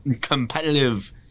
competitive